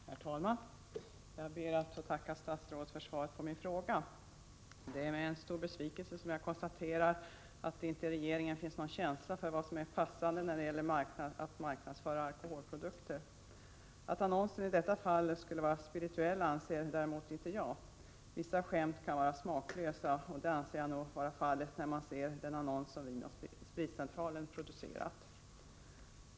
Herr talman! Jag ber att få tacka statsrådet för svaret på min fråga. Det är med stor besvikelse som jag konstaterar att det i regeringen inte finns någon känsla för vad som är passande när det gäller att marknadsföra alkoholprodukter. Att annonsen i detta fall skulle vara spirituell anser däremot inte jag. Vissa skämt kan vara smaklösa, och jag anser att den annons som Vin & Spritcentralen producerat är smaklös.